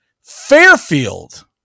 Fairfield